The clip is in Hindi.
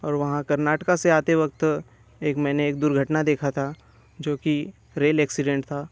और वहाँ कर्नाटक से आते वक़्त एक एक मैंने एक दुर्घटना देखी थी जो कि रेल एक्सीडेंट था